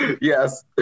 Yes